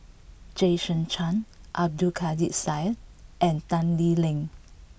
Jason Chan Abdul Kadir Syed and Tan Lee Leng